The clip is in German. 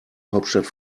hauptstadt